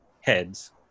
heads